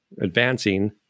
advancing